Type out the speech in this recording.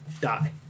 die